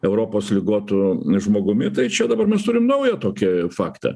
europos ligotu žmogumi tai čia dabar mes turim naują tokį faktą